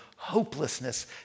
Hopelessness